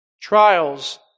Trials